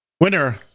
winner